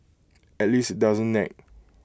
at least IT doesn't nag